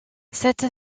cette